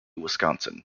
wisconsin